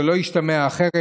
שלא ישתמע אחרת.